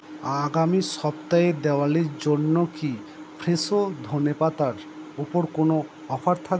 আগামী সপ্তাহে দেওয়ালির জন্য কি ফ্রেশো ধনে পাতার ওপর কোনও অফার থাকবে